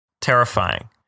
terrifying